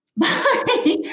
bye